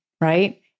right